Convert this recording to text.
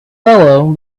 fellow